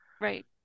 Right